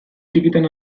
txikitan